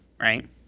right